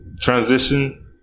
transition